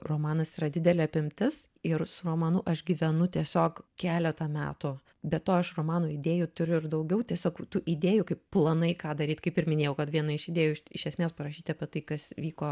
romanas yra didelė apimtis ir su romanu aš gyvenu tiesiog keletą metų be to aš romano idėjų turiu ir daugiau tiesiog tų idėjų kaip planai ką daryt kaip ir minėjau kad viena iš idėjų iš esmės parašyti apie tai kas vyko